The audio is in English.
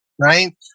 right